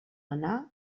anar